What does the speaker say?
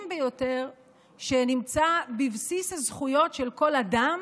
ביותר שנמצאים בבסיס הזכויות של כל אדם